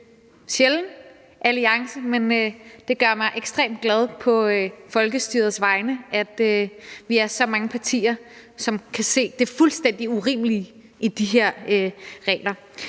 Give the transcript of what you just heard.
sjælden alliance, men det gør mig ekstremt glad på folkestyrets vegne, at vi er så mange partier, som kan se det fuldstændig urimelige i de her regler.